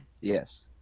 Yes